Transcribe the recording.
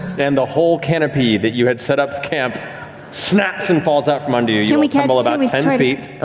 and the whole canopy that you had set up camp snaps and falls out from under you. you and tumble about and ten feet.